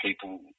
people